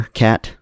cat